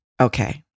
okay